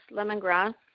Lemongrass